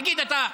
תגיד, אתה,